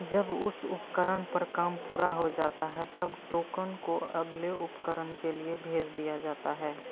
जब उस उपकरण पर काम पूरा हो जाता है तब टोकन को अगले उपकरण के लिए भेज दिया जाता है